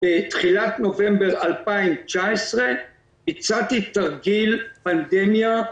בתחילת נובמבר 2019 הצעתי תרגיל פנדמיה,